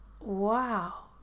wow